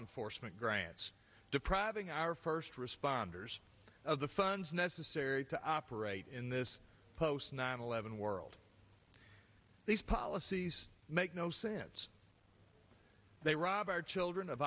enforcement grants depriving our first responders of the funds necessary to operate in this post nine eleven world these policies make no sense they rob our children of